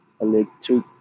electric